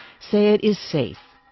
say it is safe.